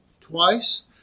twice